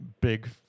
big